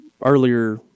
earlier